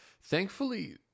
Thankfully